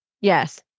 yes